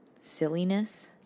silliness